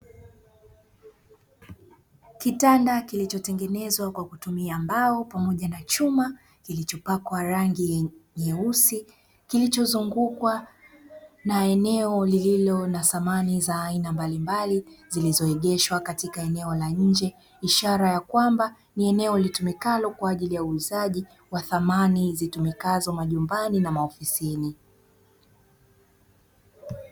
Kitanda kilichotengenezwa kwa kutumia mbao, kilicho na chuma kilichopakwa rangi nyeusi kilichozungukwa na eneo lililo na thamani za aina mbalimbali, zilizoegeshwa katika eneo la nje, ishara ya kwamba ni eneo litumikalo kwa ajili ya uuzaji wa thamani zitumikazo majumbani na maofisini.